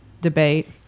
debate